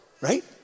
right